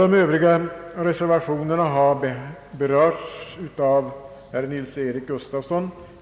De övriga reservationerna har berörts av herr Nils-Eric Gustafsson.